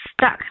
stuck